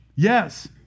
Yes